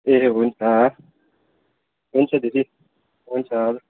ए हुन्छ हुन्छ दिदी हुन्छ